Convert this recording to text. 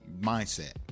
mindset